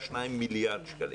4.2 מיליארד שקלים.